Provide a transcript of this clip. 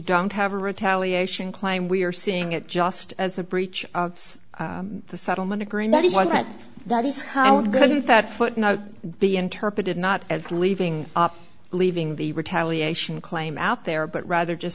don't have a retaliation clime we are seeing it just as a breach of the settlement agreement is one that that is how it goes if that footnote be interpreted not as leaving leaving the retaliation claim out there but rather just